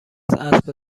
اسب